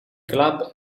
club